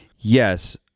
Yes